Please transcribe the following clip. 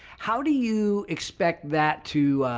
how do you expect that to,